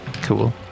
cool